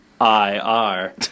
IR